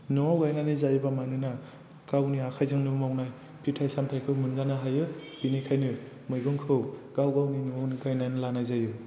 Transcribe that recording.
न'आव गायनानै जायोबा मानोना गावनि आखाइजोंनो मावनाय फिथाय सामथायखौ मोनजानो हायो बेनिखायनो मैगंखौ गाव गावनि न'आवनो गायनानै लानाय जायो